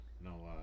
No